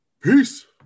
Peace